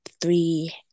three